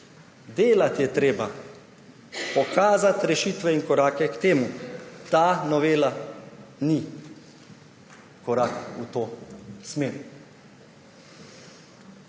Delati je treba, pokazati rešitve in korake k temu. Ta novela ni korak v to smer.